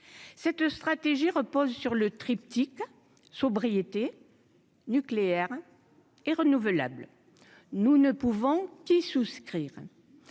cette stratégie repose sur le triptyque sobriété nucléaire et renouvelables, nous ne pouvons qu'y souscrire